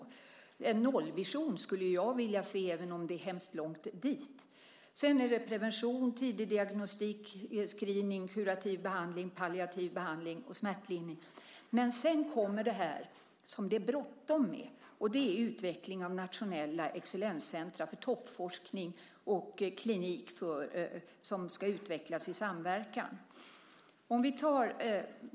En nollvision skulle jag vilja se, även om det är hemskt långt dit. Sedan handlar det om prevention, tidig diagnostik, screening, kurativ behandling, palliativ behandling och smärtlindring. Men sedan kommer det här som det är bråttom med, och det är utveckling av nationella excellenscentrum för toppforskning och klinik som ska utvecklas i samverkan.